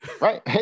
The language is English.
Right